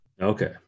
Okay